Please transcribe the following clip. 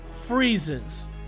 freezes